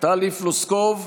טלי פלוסקוב,